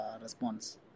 response